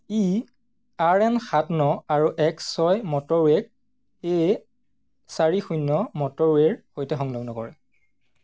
ই R N সাত ন আৰু এক ছয় মটৰৱে'ক এ চাৰি শূন্য মটৰৱে'ৰ সৈতে সংলগ্ন কৰে